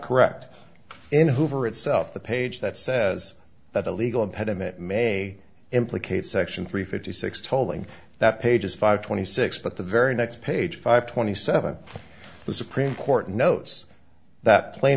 correct in hoover itself the page that says that a legal impediment may implicate section three fifty six tolling that page is five twenty six but the very next page five twenty seven the supreme court knows that pla